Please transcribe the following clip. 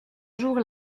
jour